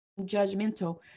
judgmental